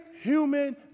human